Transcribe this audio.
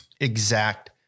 exact